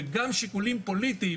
וגם שיקולים פוליטיים